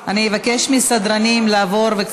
אני קוראת אותך לסדר פעם ראשונה.